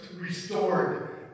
restored